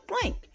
blank